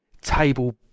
table